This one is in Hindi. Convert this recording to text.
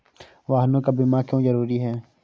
वाहनों का बीमा क्यो जरूरी है?